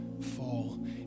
fall